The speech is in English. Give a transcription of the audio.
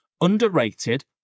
underrated